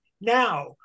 Now